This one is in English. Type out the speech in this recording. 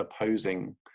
opposing